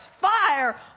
fire